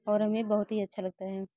और हमें बहुत ही अच्छा लगता है